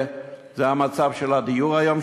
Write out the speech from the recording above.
זה מצב הדיור היום,